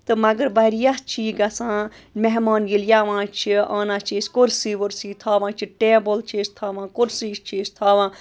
تہٕ مگر واریاہ چھِ یہِ گژھان مہمان ییٚلہِ یٮ۪وان چھِ آنان چھِ أسۍ کُرسی وُرسی تھاوان چھِ ٹیبٕل چھِ أسۍ تھاوان کُرسی چھِ أسۍ تھاوان